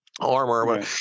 armor